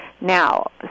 Now